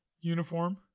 Uniform